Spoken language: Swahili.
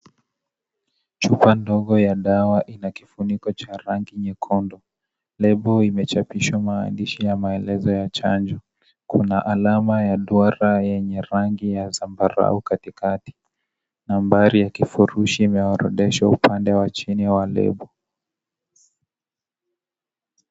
Chupa ndogo ya dawa ina kifuniko cha rangi nyekundu. Label imechapishwa maandishi ya maelezo ya chanjo. Kuna alama ya duara yenye rangi ya zambarau katikati. Nambari ya kifurushi imeorodheshwa upande ya chini wa label .